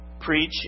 preach